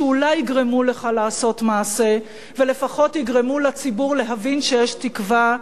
שאולי יגרמו לך לעשות מעשה ולפחות יגרמו לציבור להבין שיש תקווה,